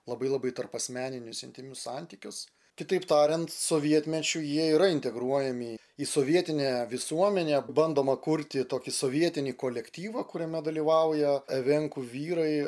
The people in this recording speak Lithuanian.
labai labai tarpasmeninius intymius santykius kitaip tariant sovietmečiu jie yra integruojami į sovietinę visuomenę bandoma kurti tokį sovietinį kolektyvą kuriame dalyvauja evenkų vyrai